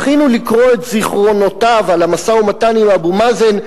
לקרוא את זיכרונותיו על המשא-ומתן עם אבו מאזן,